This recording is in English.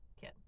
kid